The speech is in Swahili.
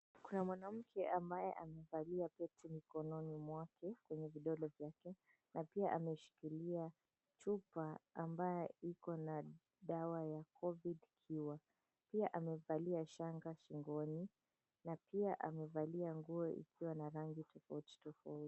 Kuna mwanamke ambaye amevalia pete mikononi mwake kwenye vidole vyake na pia ameshikilia chupa ambayo iko na dawa ya Covid cure . Pia amevalia shanga shingoni na pia amevalia nguo ikiwa na rangi tofauti tofauti.